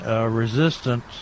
resistance